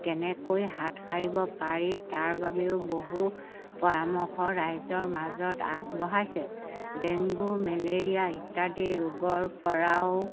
কেনেকৈ হাত সাৰিব পাৰি তাৰ বাবেও বহু পৰামৰ্শ ৰাইজৰ মাজত আগবঢ়াইছে ডেংগু মেলেৰিয়া ইত্যাদি ৰোগৰপৰাও